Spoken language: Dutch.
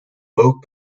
ook